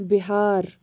Bihar